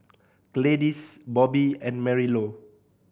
Gladyce Bobby and Marilou